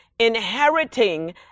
inheriting